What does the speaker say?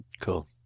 Cool